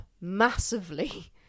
massively